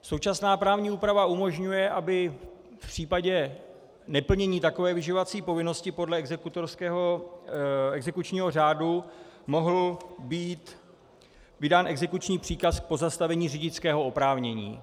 Současná právní úprava umožňuje, aby v případě neplnění takové vyživovací povinnosti podle exekučního řádu mohl být vydán exekuční příkaz k pozastavení řidičského oprávnění.